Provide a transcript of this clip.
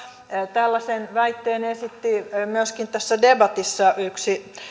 tällaisen väitteen esitti tässä debatissa myöskin yksi